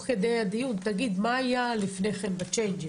כדי הדיון מה היה לפני כן בצ'יינג'ים,